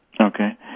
Okay